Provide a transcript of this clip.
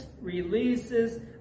releases